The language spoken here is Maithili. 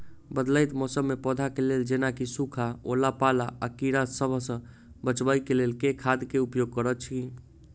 बदलैत मौसम मे पौधा केँ लेल जेना की सुखा, ओला पाला, आ कीड़ा सबसँ बचबई केँ लेल केँ खाद केँ उपयोग करऽ छी?